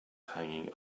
hanging